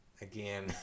Again